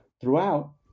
Throughout